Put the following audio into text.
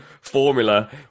formula